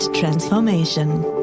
Transformation